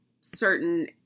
certain